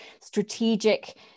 strategic